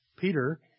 Peter